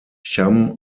cham